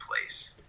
place